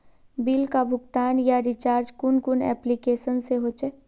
Bill का भुगतान या रिचार्ज कुन कुन एप्लिकेशन से होचे?